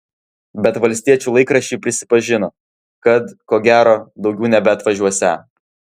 bet valstiečių laikraščiui prisipažino kad ko gero daugiau nebeatvažiuosią